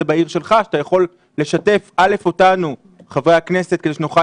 בעיר שלך ואתה יכול לשתף אותנו חברי הכנסת כדי שנוכל